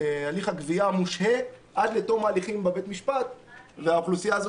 הליך הגבייה מושהה עד לתום ההליכים בבית המשפט והאוכלוסייה הזו